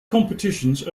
competitions